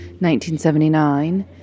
1979